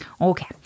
Okay